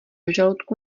žaludku